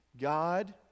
God